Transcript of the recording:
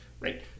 right